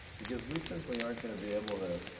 because we simply aren't going to be able to.